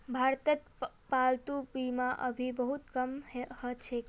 भारतत पालतू बीमा अभी बहुत कम ह छेक